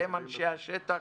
והם אנשי השטח